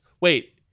Wait